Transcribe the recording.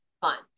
fun